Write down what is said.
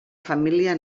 família